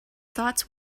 thoughts